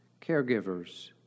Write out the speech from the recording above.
Caregivers